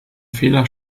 fehler